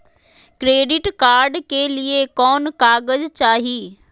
Credit card के लिए कौन कागज चाही?